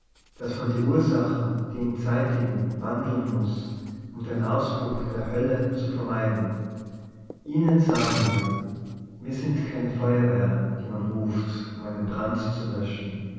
daß man die ur sachen die ihn zeitigen wandeln muß um den aus bruch der hölle zu vermeiden ihnen sagen wir wir sind keine feuerwehr die manruft um einen brand zu löschen